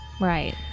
Right